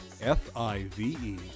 F-I-V-E